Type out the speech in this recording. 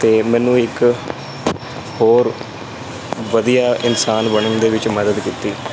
ਅਤੇ ਮੈਨੂੰ ਇੱਕ ਹੋਰ ਵਧੀਆ ਇਨਸਾਨ ਬਣਨ ਦੇ ਵਿੱਚ ਮਦਦ ਕੀਤੀ